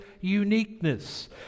uniqueness